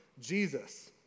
Jesus